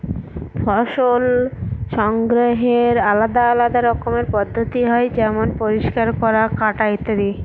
ফসল সংগ্রহের আলাদা আলদা রকমের পদ্ধতি হয় যেমন পরিষ্কার করা, কাটা ইত্যাদি